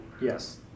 Yes